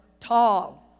tall